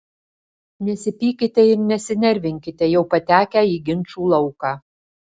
nesipykite ir nesinervinkite jau patekę į ginčų lauką